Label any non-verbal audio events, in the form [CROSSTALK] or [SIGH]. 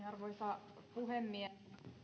[UNINTELLIGIBLE] arvoisa puhemies